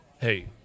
hey